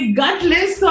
gutless